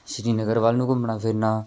ਸ਼੍ਰੀਨਗਰ ਵੱਲ ਨੂੰ ਘੁੰਮਣਾ ਫਿਰਨਾ